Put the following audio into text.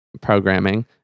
programming